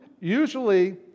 usually